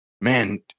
man